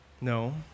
No